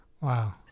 Wow